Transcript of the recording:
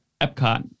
Epcot